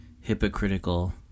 hypocritical